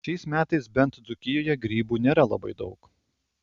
šiais metais bent dzūkijoje grybų nėra labai daug